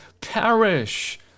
perish